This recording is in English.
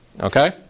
Okay